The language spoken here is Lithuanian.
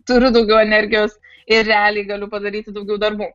turiu daugiau energijos ir realiai galiu padaryti daugiau darbų